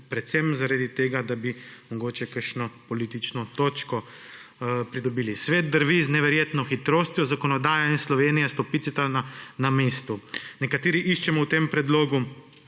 predvsem zaradi tega, da bi mogoče kakšno politično točko pridobili. Svet drvi z neverjetno hitrostjo. Zakonodaja in Slovenija stopicata na mestu. Nekateri iščejo v tem predlogu